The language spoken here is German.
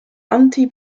anti